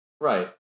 Right